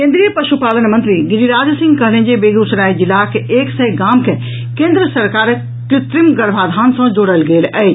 केन्द्रीय पशुपालन मंत्री गिरिराज सिंह कहलनि जे बेगूसराय जिलाक एक सय गाम के केन्द्र सरकारक कृत्रिम गर्भाधान सॅ जोड़ल गेल अछि